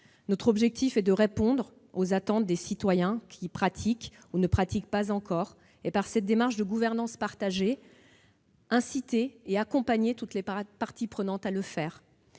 Notre objectif est de répondre aux attentes des citoyens qui pratiquent ou ne pratiquent pas encore. Par cette démarche de gouvernance partagée, nous voulons inciter et accompagner toutes les parties prenantes. La